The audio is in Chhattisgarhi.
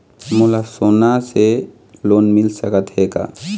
मोला सोना से लोन मिल सकत हे का?